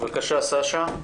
בבקשה סשה,